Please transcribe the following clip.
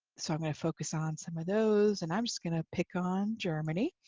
so, i'm going to focus on some of those, and i'm just going to pick on germany,